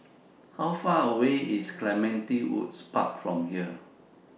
How Far away IS Clementi Woods Park from here